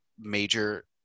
major